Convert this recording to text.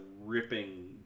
ripping